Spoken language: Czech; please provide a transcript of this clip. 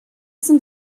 jsem